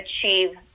achieve